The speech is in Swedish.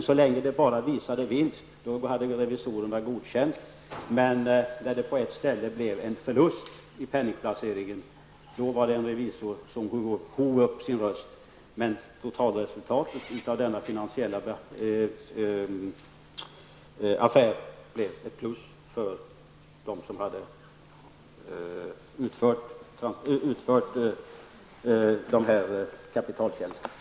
Så länge som det bara visade vinst godkände revisorerna det hela, men när det på ett ställe blev en förlust i penningplaceringen hov en revisor upp sin röst. Men totalresultatet av denna finansiella affär blev ett plus för dem som hade utfört kapitaltjänsterna.